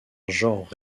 genre